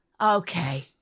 okay